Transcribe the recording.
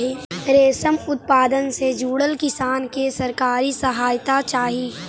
रेशम उत्पादन से जुड़ल किसान के सरकारी सहायता चाहि